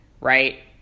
right